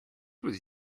was